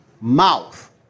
mouth